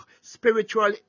spiritual